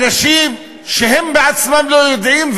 אנשים שהם בעצמם לא יודעים,